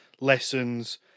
lessons